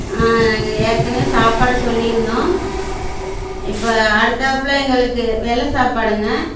நாங்கள் ஏற்கனே சாப்பாடு சொல்லிருந்தோம் இப்போ அடுத்தாப்ல எங்களுக்கு வெள்ளை சாப்பாடுங்க